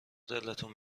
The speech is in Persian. دلتون